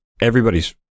everybody's